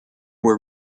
were